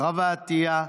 חוה אתי עטייה,